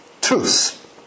truth